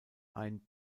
ein